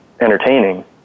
entertaining